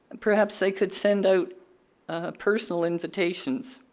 perhaps they could send out ah personal invitations.